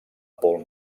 paul